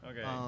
Okay